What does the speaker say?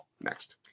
Next